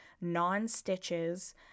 non-stitches